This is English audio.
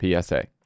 PSA